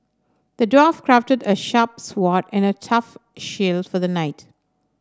the dwarf crafted a sharp sword and a tough shield for the knight